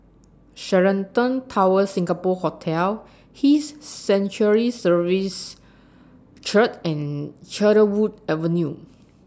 Sheraton Towers Singapore Hotel His Sanctuary Services Church and Cedarwood Avenue